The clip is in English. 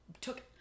took